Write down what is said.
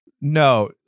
no